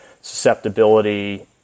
susceptibility